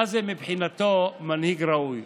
מה זה מבחינתו מנהיג ראוי?